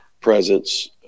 presence